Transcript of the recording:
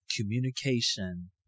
Communication